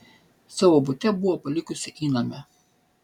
savo bute buvo palikusi įnamę